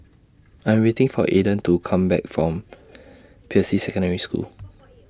I'm waiting For Aedan to Come Back from Peirce Secondary School